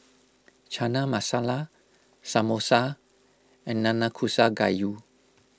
Chana Masala Samosa and Nanakusa Gayu